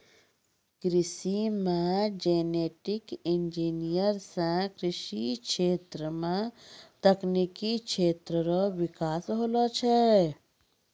कृषि मे genetic engineer से कृषि क्षेत्र मे तकनिकी क्षेत्र रो बिकास होलो छै